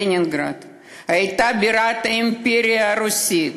לנינגרד הייתה בירת האימפריה הרוסית,